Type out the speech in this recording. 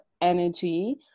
energy